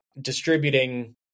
distributing